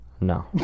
No